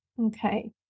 Okay